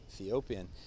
Ethiopian